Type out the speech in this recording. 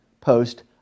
post